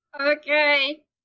Okay